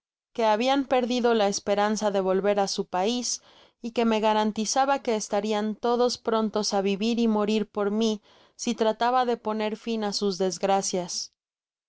que habian perdido la esperanza de volver á su pais y que me garantizaba que estarian todos prontos a vivir y morir por mí si trataha de poner fin á sus desgracias con